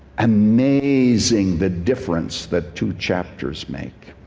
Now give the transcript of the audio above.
amazing the difference that two chapters make.